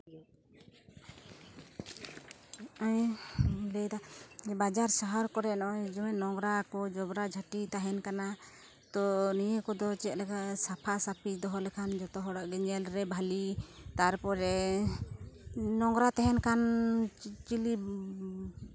ᱤᱧ ᱞᱟᱹᱭ ᱮᱫᱟ ᱡᱮ ᱵᱟᱡᱟᱨ ᱥᱟᱦᱟᱨ ᱠᱚᱨᱮ ᱫᱚ ᱦᱚᱜᱼᱚᱭ ᱡᱮᱢᱚᱱ ᱱᱚᱝᱨᱟ ᱠᱚ ᱡᱚᱵᱨᱟ ᱡᱷᱟᱴᱤ ᱛᱟᱦᱮᱱ ᱠᱟᱱᱟ ᱛᱚ ᱱᱤᱭᱟᱹ ᱠᱚᱫᱚ ᱪᱮᱫᱞᱮᱠᱟ ᱥᱟᱯᱷᱟ ᱥᱟᱯᱷᱤ ᱫᱚᱦᱚᱞᱮᱠᱷᱟᱱ ᱡᱚᱛᱚ ᱦᱚᱲᱟᱜ ᱜᱮ ᱧᱮᱞ ᱨᱮ ᱵᱷᱟᱞᱮ ᱛᱟᱨᱯᱚᱨᱮ ᱱᱚᱝᱨᱟ ᱛᱟᱦᱮᱱ ᱠᱷᱟᱱ ᱪᱤᱞᱤ